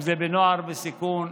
אם זה בנוער בסיכון,